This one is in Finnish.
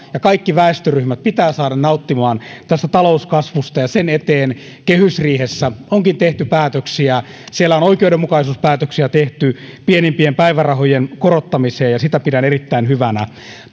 ja kaikki väestöryhmät pitää saada nauttimaan tästä talouskasvusta ja sen eteen kehysriihessä onkin tehty päätöksiä siellä on oikeudenmukaisuuspäätöksiä tehty pienimpien päivärahojen korottamisesta ja sitä pidän erittäin hyvänä